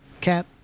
Cat